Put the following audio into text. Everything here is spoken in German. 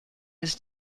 ist